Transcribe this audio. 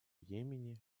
йемене